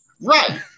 Right